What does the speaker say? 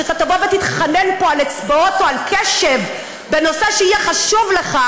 שאתה תבוא ותתחנן פה על אצבעות או על קשב בנושא שיהיה חשוב לך,